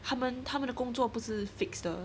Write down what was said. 他们他们的工作不是 fix 的